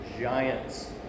giants